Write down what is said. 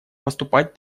поступать